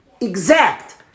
exact